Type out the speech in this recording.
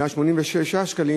186 שקלים,